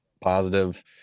positive